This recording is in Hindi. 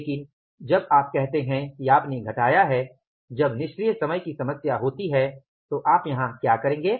लेकिन जब आप कहते हैं कि आपने घटाया है जब निष्क्रिय समय की समस्या होती है तो आप यहां क्या करेंगे